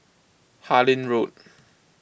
Harlyn Road